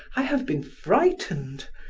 i have been frightened.